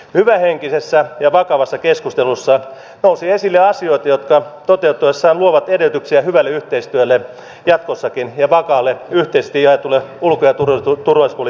hyvähenkisessä ja vakavassa keskustelussa nousi esille asioita jotka toteutuessaan luovat edellytyksiä hyvälle yhteistyölle jatkossakin ja vakaalle yhteisesti jaetulle ulko ja turvallisuuspolitiikan sisällölle